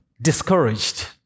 discouraged